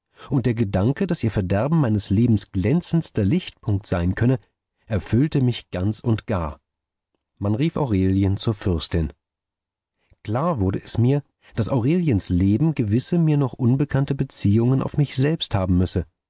und der gedanke daß ihr verderben meines lebens glänzendster lichtpunkt sein könne erfüllte mich ganz und gar man rief aurelien zur fürstin klar wurde es mir daß aureliens leben gewisse mir noch unbekannte beziehungen auf mich selbst haben müsse